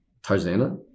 tarzana